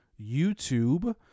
YouTube